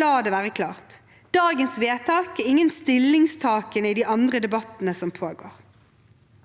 La det være klart: Dagens vedtak er ingen stillingtaken i de andre debattene som pågår.